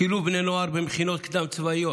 שילוב בני נוער במכינות קדם-צבאיות,